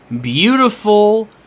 beautiful